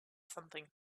something